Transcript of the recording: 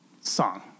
song